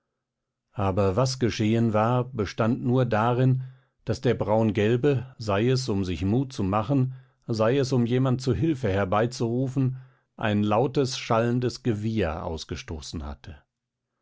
aber was geschehen war bestand nur darin daß der braungelbe sei es um sich mut zu machen sei es um jemand zur hilfe herbeizurufen ein lautes schallendes gewieher ausgestoßen hatte